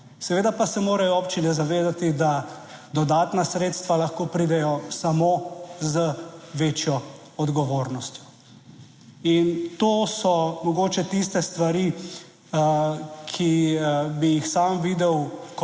seveda pa se morajo občine zavedati, da dodatna sredstva lahko pridejo samo z večjo odgovornostjo. In to so mogoče tiste stvari, ki bi jih sam videl kot